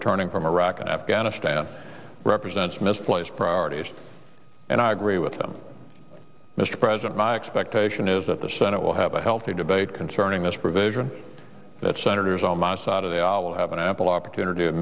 returning from iraq and afghanistan represents misplaced priorities and i agree with them mr president my expectation is that the senate will have a healthy debate concerning this provision that senators on my side of the aisle have an ample opportunity